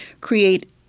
create